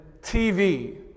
TV